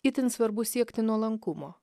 itin svarbu siekti nuolankumo